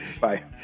Bye